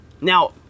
Now